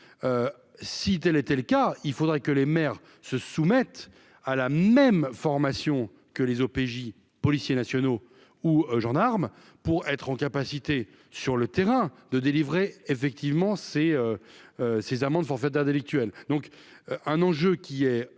Cité l'été le cas, il faudrait que les maires se soumettent à la même formation que les OPJ policiers nationaux ou gendarmes pour être en capacité sur le terrain de délivré effectivement ces ces amendes forfaitaires délictuelles